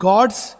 God's